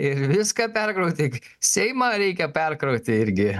ir viską perkrauti seimą reikia perkrauti irgi